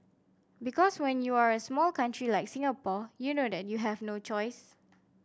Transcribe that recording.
because when you are a small country like Singapore you know that you have no choice